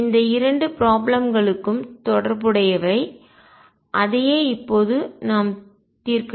எனவே இந்த இரண்டு ப்ராப்ளம் களும் தொடர்புடையவை அதையே இப்போது நாம் தீர்க்கப் போகிறோம்